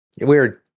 Weird